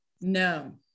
No